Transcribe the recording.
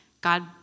God